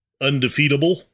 undefeatable